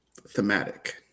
thematic